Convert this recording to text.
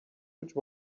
which